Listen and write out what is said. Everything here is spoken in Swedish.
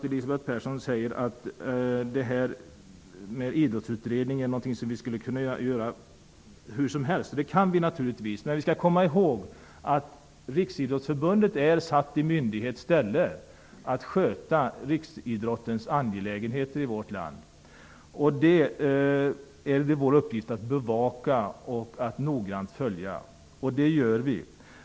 Elisabeth Persson säger att en idrottsutredning kan göras i vilket fall som helst. Det är möjligt, men vi skall komma ihåg att Riksidrottsförbundet är satt i myndighets ställe att sköta riksidrottens angelägenheter i vårt land. Det är vår uppgift att bevaka och noggrant följa det arbetet, och det gör vi.